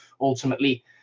ultimately